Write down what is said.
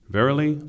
Verily